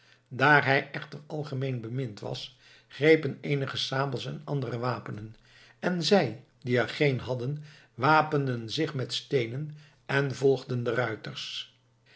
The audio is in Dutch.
daar hij echter algemeen bemind was grepen eenigen sabels en andere wapenen en zij die er geen hadden wapenden zich met steenen en volgden de ruiters